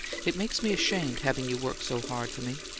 it makes me ashamed, having you work so hard for me.